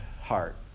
heart